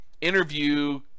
interview